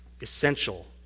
essential